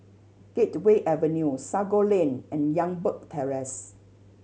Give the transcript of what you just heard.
Gateway Avenue Sago Lane and Youngberg Terrace